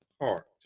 heart